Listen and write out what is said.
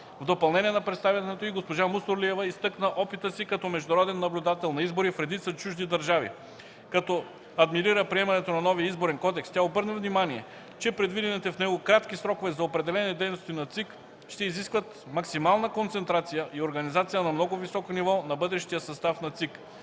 В допълнение на представянето й, госпожа Мусорлиева изтъкна опита си като международен наблюдател на избори в редица чужди държави. Като адмирира приемането на новия Изборен кодекс, тя обърна внимание, че предвидените в него кратки срокове за определени дейности на Централната избирателна комисия, ще изискват максимална концентрация и организация на много високо ниво на бъдещия състав на